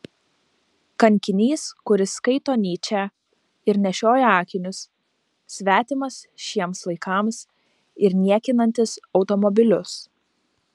kankinys kuris skaito nyčę ir nešioja akinius svetimas šiems laikams ir niekinantis automobilius